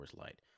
Light